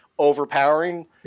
overpowering